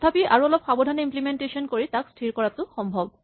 তথাপি আৰু অলপ সাৱধানে ইমপ্লিমেন্টেচন কৰি তাক স্হিৰ কৰাটো সম্ভৱ